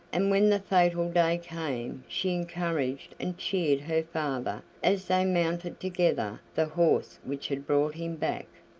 and when the fatal day came she encouraged and cheered her father as they mounted together the horse which had brought him back.